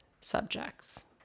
subjects